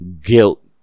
guilt